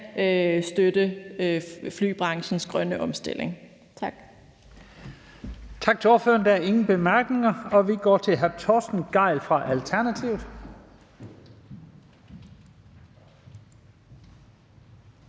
støtte flybranchens grønne omstilling. Tak.